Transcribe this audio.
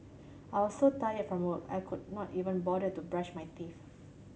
I was so tired from work I could not even bother to brush my teeth